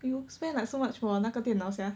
you spend like so much for 那个电脑 sia